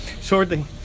Shortly